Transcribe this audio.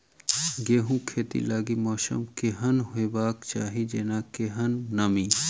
गेंहूँ खेती लागि मौसम केहन हेबाक चाहि जेना केहन नमी?